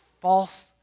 false